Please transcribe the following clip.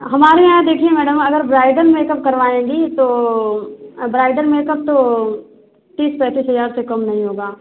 हमारे यहाँ देखिए मैडम अगर ब्राइडल मेकअप करवाएँगी तो ब्राइडल मेकअप तो तीस पैंतीस हज़ार से कम नहीं होगा